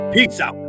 Pizza